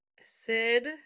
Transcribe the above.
Sid